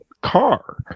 car